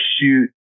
shoot